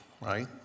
right